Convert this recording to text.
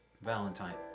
Valentine